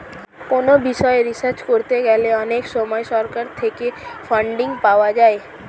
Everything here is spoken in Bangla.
কোনো বিষয়ে রিসার্চ করতে গেলে অনেক সময় সরকার থেকে ফান্ডিং পাওয়া যায়